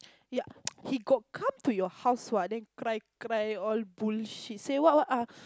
you're he got come to your house what then cry cry all bullshit say what what ah